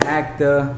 actor